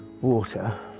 water